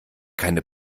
keine